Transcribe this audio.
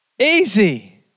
Easy